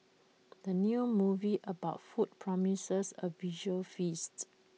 the new movie about food promises A visual feast